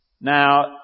Now